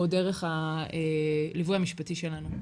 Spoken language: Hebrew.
או דרך הליווי המשפטי שלנו.